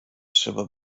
trzeba